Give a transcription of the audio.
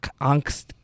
Angst